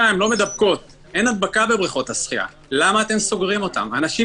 ידוע לכולם שהיא לא מקום מדבק אז למה לסגור את זה?